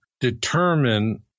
determine